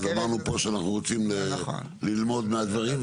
ואמרנו פה שאנחנו רוצים ללמוד מהדברים,